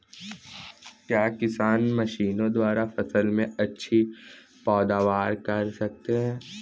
क्या किसान मशीनों द्वारा फसल में अच्छी पैदावार कर सकता है?